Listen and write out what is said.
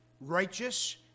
righteous